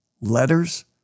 Letters